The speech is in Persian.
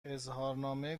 اظهارنامه